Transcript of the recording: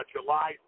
July